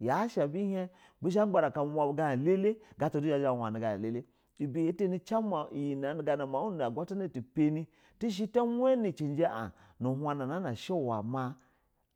Yashɛ abu hin bu zha ba gbraka umuma bu gana elele ga na ata du ya zha nama ganama elele ibe yatani cin mau na agula tana utupani tish ta wani cijin a nu huna na shɛ uwɛ mɛ